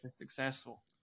successful